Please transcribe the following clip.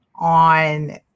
on